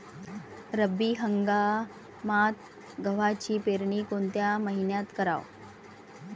रब्बी हंगामात गव्हाची पेरनी कोनत्या मईन्यात कराव?